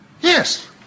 Yes